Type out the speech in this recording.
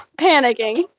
panicking